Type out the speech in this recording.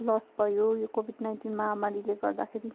lost भयो यो covid nineteen महामारीले गर्दाखेरि